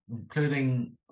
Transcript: including